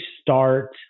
start